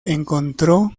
encontró